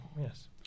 yes